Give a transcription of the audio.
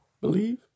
believe